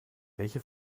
welche